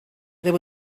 there